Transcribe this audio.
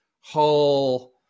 whole